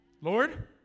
Lord